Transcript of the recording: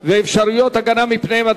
ואפשרויות ההגנה מפניהם),